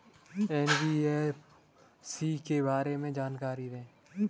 NBFC के बारे में जानकारी दें?